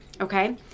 Okay